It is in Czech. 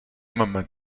mám